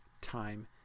Time